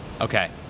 Okay